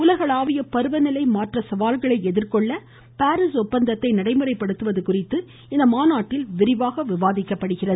உலகளாவிய பருவ நிலை மாற்ற சவால்களை எதிர்கொள்ள பாரீஸ் ஒப்பந்தத்தை நடைமுறைப்படுத்துவது குறித்து இம்மாநாட்டில் விரிவாக விவாதிக்கப்படுகிறது